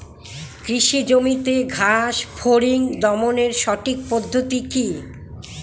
কৃষি জমিতে ঘাস ফরিঙ দমনের সঠিক পদ্ধতি কি?